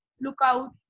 Lookout